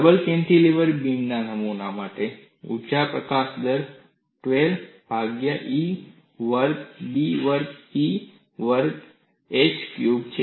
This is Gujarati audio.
ડબલ કેન્ટિલીવર બીમ નમૂના માટે ઊર્જા પ્રકાશન દર 12 ભાગ્યા E વર્ગ B વર્ગ P વર્ગ ભાગ્યા h ક્યુબ છે